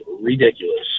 ridiculous